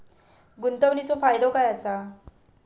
गुंतवणीचो फायदो काय असा?